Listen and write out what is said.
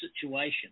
situation